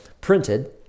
printed